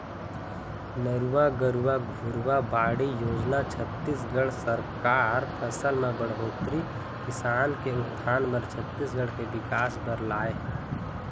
नरूवा, गरूवा, घुरूवा, बाड़ी योजना छत्तीसगढ़ सरकार फसल म बड़होत्तरी, किसान के उत्थान बर, छत्तीसगढ़ के बिकास बर लाए हे